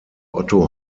otto